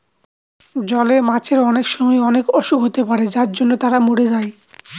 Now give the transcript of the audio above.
জলে মাছের অনেক সময় অনেক অসুখ হতে পারে যার জন্য তারা মরে যায়